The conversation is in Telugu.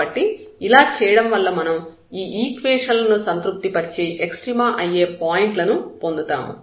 కాబట్టి ఇలా చేయడం వల్ల మనం ఈ ఈక్వేషన్ లను సంతృప్తి పరిచే ఎక్స్ట్రీమ అయ్యే పాయింట్లను పొందుతాము